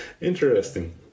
Interesting